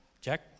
Jack